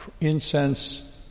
incense